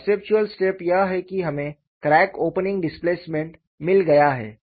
conceptual step यह है कि हमें क्रैक ओपनिंग डिस्प्लेसमेंट मिल गया है